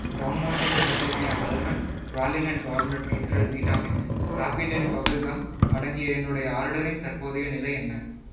Don Monte California almond walnut gourmet natural vita mix Happydent bubble gum அடங்கிய என்னுடைய ஆர்டரின் தற்போதைய நிலை என்ன